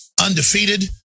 undefeated